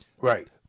right